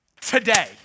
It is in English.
today